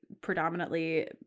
predominantly